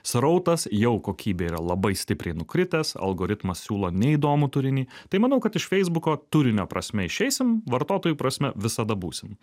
srautas jau kokybė yra labai stipriai nukritęs algoritmas siūlo neįdomų turinį tai manau kad iš feisbuko turinio prasme išeisim vartotojų prasme visada būsim